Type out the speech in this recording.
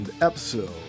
episode